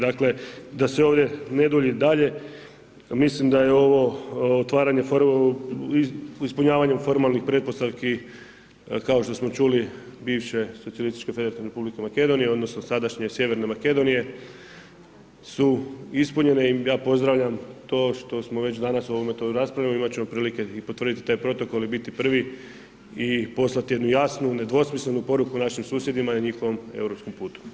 Dakle, da se ovdje ne dulji dalje, mislim da je ovo otvaranje ispunjavanjem formalnih pretpostavki, kao što smo čuli, bivše Socijalističke federativne republike Makedonije, odnosno sadašnje Sjeverne Makedonije su ispunjene i ja pozdravljam to što smo već danas o ovom to raspravili i imat ćemo prilike i potvrditi taj protokol i biti prvi i poslati jednu jasnu, nedvosmislenu poruku našim susjedima na njihovom europskom putu.